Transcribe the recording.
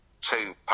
two